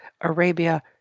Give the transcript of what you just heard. Arabia